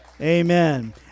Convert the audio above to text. Amen